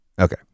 Okay